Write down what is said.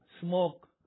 Smoke